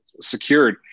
secured